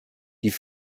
die